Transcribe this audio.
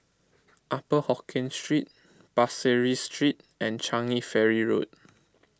Upper Hokkien Street Pasir Ris Street and Changi Ferry Road